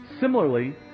Similarly